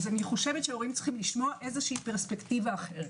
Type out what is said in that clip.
הורים צריכים לשמוע פרספקטיבה אחרת.